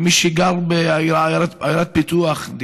כמי שגר בעיירת פיתוח,